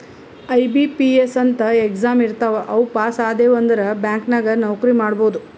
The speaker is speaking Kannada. ಐ.ಬಿ.ಪಿ.ಎಸ್ ಅಂತ್ ಎಕ್ಸಾಮ್ ಇರ್ತಾವ್ ಅವು ಪಾಸ್ ಆದ್ಯವ್ ಅಂದುರ್ ಬ್ಯಾಂಕ್ ನಾಗ್ ನೌಕರಿ ಮಾಡ್ಬೋದ